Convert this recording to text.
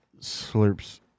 slurps